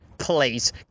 Please